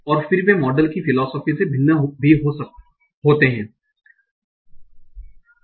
और फिर वे मॉडल की फिलोसोफी से भिन्न भी होते हैं